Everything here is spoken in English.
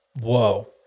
Whoa